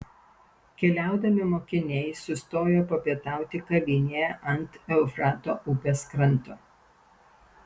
keliaudami mokiniai sustojo papietauti kavinėje ant eufrato upės kranto